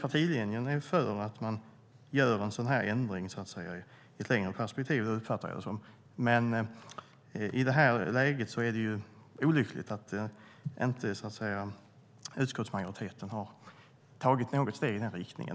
partilinje är att man ska göra en sådan här ändring i ett längre perspektiv. Jag uppfattar det så, men i det här läget är det olyckligt att utskottsmajoriteten inte har tagit något steg i den riktningen.